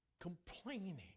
complaining